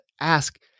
ask